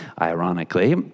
ironically